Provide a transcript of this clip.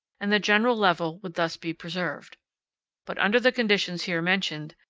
and the general level would thus be preserved but under the conditions here mentioned,